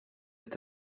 est